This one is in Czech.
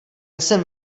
jsem